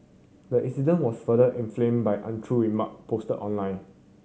the incident was further inflamed by untrue remark posted online